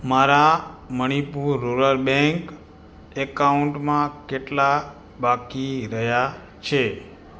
મારા Manipur rural bank એકાઉન્ટમાં કેટલાં બાકી રહ્યા છે